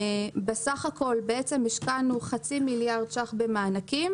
בסך הכול השקענו חצי מיליארד שקלים במענקים,